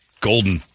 golden